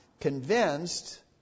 convinced